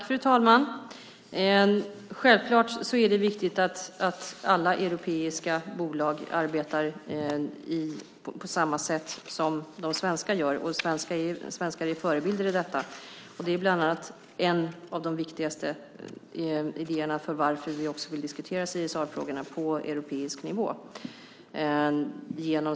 Fru talman! Självklart är det viktigt att alla europeiska bolag arbetar på samma sätt som de svenska. Svenskarna är här förebilder. Det är en av de viktigaste skälen för varför vi genom specifika möten vill diskutera CSR-frågorna på europeisk nivå.